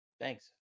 Thanks